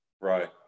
Right